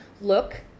look